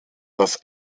das